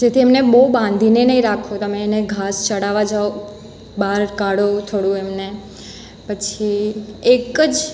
જેથી એમને બહુ બાંધીને નહીં રાખો તમે એને ઘાસ ચરાવવા જાવ બહાર કાઢો થોળું એમને પછી એક જ